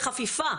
אתה תעשה חפיפה?